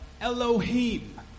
Elohim